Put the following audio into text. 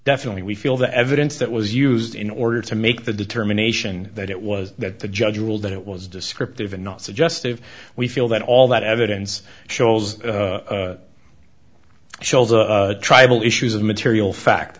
definitely we feel the evidence that was used in order to make the determination that it was that the judge ruled that it was descriptive and not suggestive we feel that all that evidence shows shoals of tribal issues of material